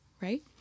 Right